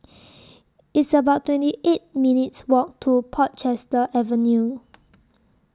It's about twenty eight minutes' Walk to Portchester Avenue